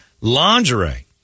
lingerie